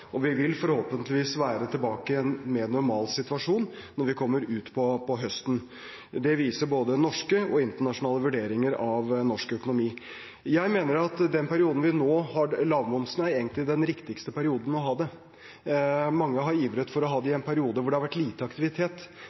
Vi vil forhåpentligvis være tilbake i en mer normal situasjon når vi kommer utpå høsten. Det viser både norske og internasjonale vurderinger av norsk økonomi. Jeg mener at den perioden da vi nå har lavmomsen, egentlig er den riktigste perioden å ha det. Mange har ivret for å ha det i en periode hvor det har vært lite aktivitet.